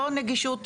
לא נגישות